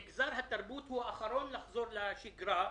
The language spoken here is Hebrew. מגזר התרבות הוא האחרון לחזור לשגרה,